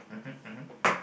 mmhmm mmhmm